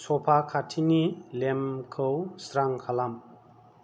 सफा खाथिनि लेम्पखौ स्रां खालाम